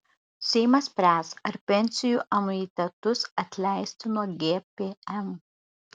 seimas spręs ar pensijų anuitetus atleisti nuo gpm